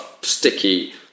sticky